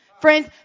Friends